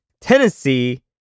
Tennessee